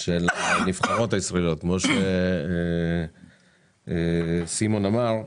של הנבחרות הישראליות כמו שסימון אמר,